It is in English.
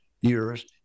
years